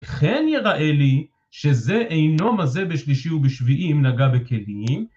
וכן יראה לי שזה אינו מזה בשלישי ובשביעי אם נגע בכלים